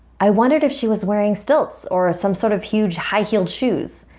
i wondered if she was wearing stilts or some sort of huge, high-heeled shoes.